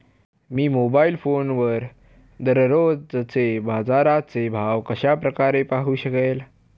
मी mobile फोनवर दररोजचे बाजाराचे भाव कशा प्रकारे पाहू शकेल?